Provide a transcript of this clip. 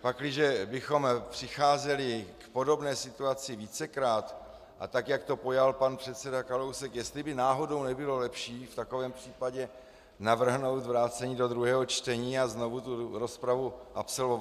pakliže bychom přicházeli k podobné situaci vícekrát, a tak jak to pojal pan předseda Kalousek, jestli by náhodou nebylo lepší v takovém případě navrhnout vrácení do druhého čtení a znovu rozpravu absolvovat.